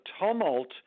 tumult